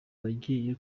bagiye